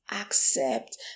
accept